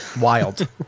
wild